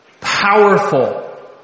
powerful